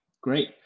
Great